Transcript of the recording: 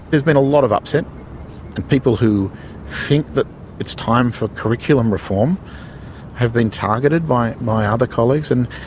there's been a lot of upset. the and people who think that it's time for curriculum reform have been targeted by my other colleagues and,